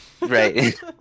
Right